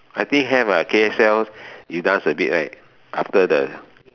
I think have ah K_S_L you dance a bit right after the